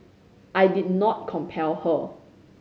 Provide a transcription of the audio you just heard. I did not compel her